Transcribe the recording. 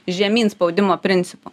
žemyn spaudimo principu